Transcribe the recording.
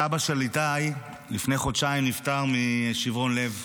הסבא של איתי נפטר לפני חודשיים משברון לב.